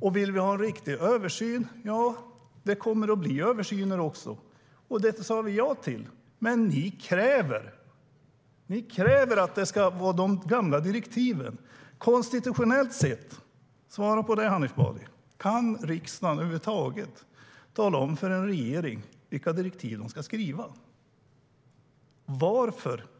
Om man vill ha en riktig översyn kommer det att bli en översyn. Vi sa ja till det. Men ni kräver att det ska vara de gamla direktiven. Varför